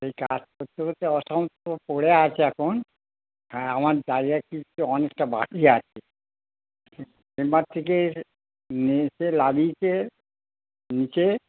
সেই কাজ করতে করতে অসংখ্য পড়ে আছে এখন হ্যাঁ আমার জায়গা কি অনেকটা বাকি আছে চেম্বার থেকে এসে লাগিয়েছে নিচে